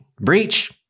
Breach